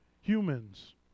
humans